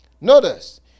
notice